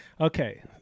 Okay